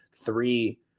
three